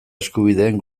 eskubideen